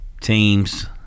teams